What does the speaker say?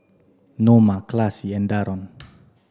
Noma Classie and Darron